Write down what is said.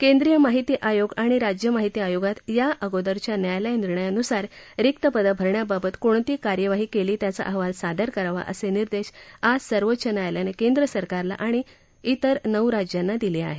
केंद्रीय माहिती आयोग आणि राज्य माहिती आयोगात या अगोदरच्या न्यायालय निर्णयानुसार रिक्त पदं भरण्याबाबत कोणती कार्यवाही केली त्याचा अहवाल सादर करावा असे निर्देश आज सर्वोच्च न्यायालयानं केंद्र सरकारला आणि नऊ व्रि राज्यांना दिले आहेत